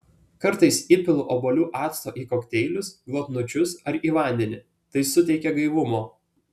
kartais įpilu obuolių acto į kokteilius glotnučius ar į vandenį tai suteikia gaivumo